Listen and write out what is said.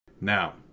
Now